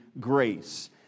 grace